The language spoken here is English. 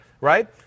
right